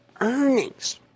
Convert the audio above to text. earnings